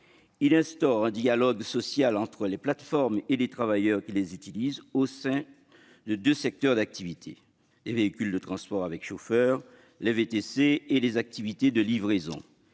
Il instaure un dialogue social entre les plateformes et les travailleurs qui les utilisent au sein de deux secteurs d'activité : les véhicules de transport avec chauffeur (VTC) et les activités de livraison.